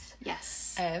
Yes